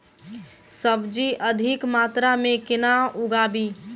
सब्जी अधिक मात्रा मे केना उगाबी?